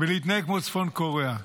ולהתנהג כמו צפון קוריאה.